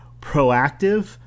proactive